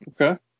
okay